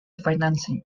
financing